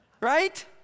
Right